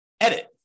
edit